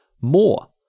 more